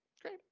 great